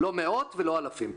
לא מאות ולא אלפים.